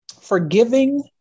forgiving